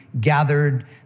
gathered